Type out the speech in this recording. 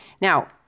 Now